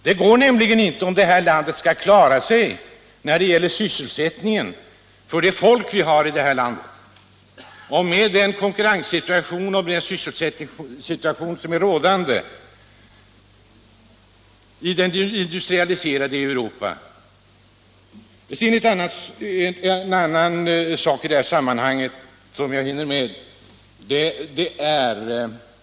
Det går inte om det här landet skall klara sig när det gäller sysselsättningen för det folk vi har i landet i det konkurrensoch sysselsättningsläge som är rådande i det industrialiserade Europa. Sedan är det en annan sak i det här sammanhanget jag hinner beröra.